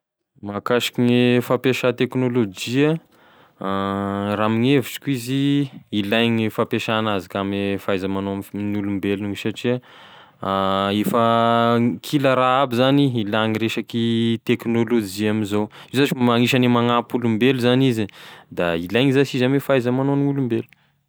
Mahakasiky gne fampiasa teknôlôjia, raha amign'evitriko izy, ilaigny e fampiasa azy ka ame fahaiza-magnaon'ny olombelo satria efa kila raha aby zany ilagny resaky teknôlôjia amizao io zash m- agnisane magnampy olombelo zany izy e da ilaigny zash izy ame fahaiza-magnaogn'olombelo.